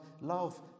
love